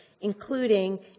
including